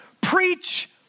preach